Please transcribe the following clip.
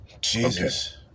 Jesus